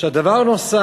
עכשיו, דבר נוסף,